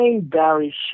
Barry